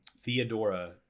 Theodora